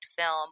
film